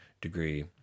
degree